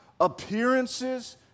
appearances